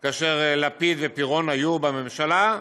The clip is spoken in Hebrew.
שבה לפיד ופירון היו בממשלה,